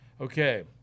Okay